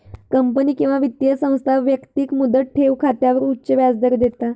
company किंवा वित्तीय संस्था व्यक्तिक मुदत ठेव खात्यावर उच्च व्याजदर देता